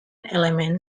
element